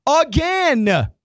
Again